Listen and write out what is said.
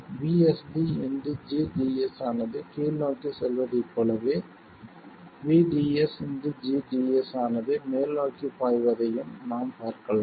vSD gds ஆனது கீழ்நோக்கிச் செல்வதைப் போலவே vds gds ஆனது மேல்நோக்கிப் பாய்வதையும் நாம் பார்க்கலாம்